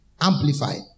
Amplified